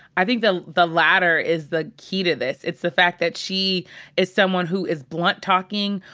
i think the the latter is the key to this. it's the fact that she is someone who is blunt talking,